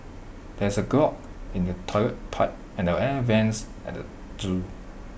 there is A clog in the Toilet Pipe and the air Vents at the Zoo